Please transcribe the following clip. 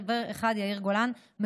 חבר אחד: יאיר גולן.